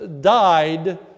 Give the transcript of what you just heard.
died